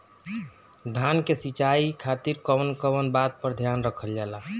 धान के सिंचाई खातिर कवन कवन बात पर ध्यान रखल जा ला?